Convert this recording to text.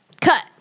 Cut